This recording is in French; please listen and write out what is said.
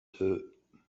deux